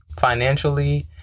financially